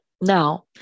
now